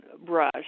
brush